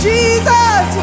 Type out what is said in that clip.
Jesus